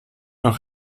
noch